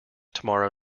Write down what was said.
tomorrow